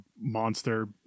monster